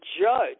judge